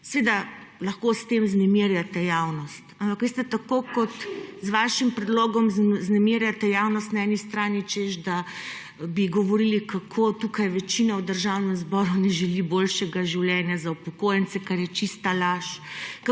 Seveda lahko s tem vznemirjate javnost. Ampak tako kot z vašim predlogom vznemirjate javnost na eni strani, češ da bi govorili, kako večina v Državnem zboru ne želi boljšega življenja za upokojence, kar je čista laž,